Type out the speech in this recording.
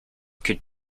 can